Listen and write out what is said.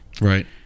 Right